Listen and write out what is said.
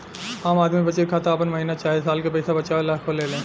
आम आदमी बचत खाता आपन महीना चाहे साल के पईसा बचावे ला खोलेले